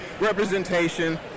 representation